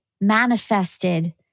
manifested